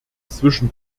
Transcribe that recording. zwischen